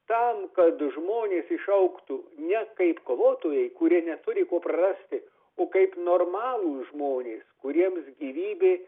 tam kad žmonės išaugtų ne kaip kovotojai kurie neturi ko prarasti o kaip normalūs žmonės kuriems gyvybė